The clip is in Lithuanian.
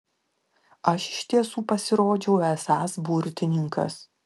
aš iš tiesų pasirodžiau esąs burtininkas